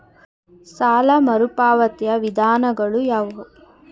ಸಾಲ ಮರುಪಾವತಿಯ ವಿಧಾನಗಳು ಯಾವುವು?